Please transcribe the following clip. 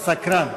הסקרן.